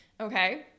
okay